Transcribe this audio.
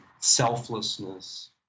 selflessness